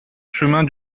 chemin